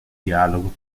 dialogo